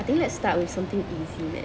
I think let's start with something easy man